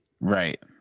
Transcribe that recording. Right